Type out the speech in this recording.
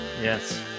Yes